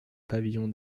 pavillon